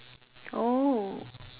oh